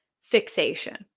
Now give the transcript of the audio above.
fixation